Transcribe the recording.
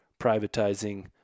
privatizing